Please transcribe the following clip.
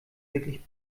wirklich